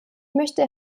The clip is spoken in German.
möchte